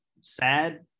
sad